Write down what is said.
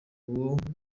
uwo